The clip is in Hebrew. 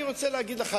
אני רוצה להגיד לך,